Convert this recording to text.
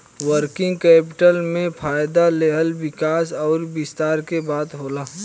working capital में फ़ायदा लेहल विकास अउर विस्तार के बात होला